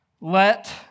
Let